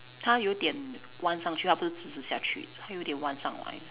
他有点弯上去 qu 他不是直直下去他有一点弯上来的